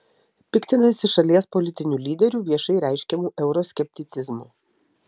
piktinasi šalies politinių lyderių viešai reiškiamu euroskepticizmu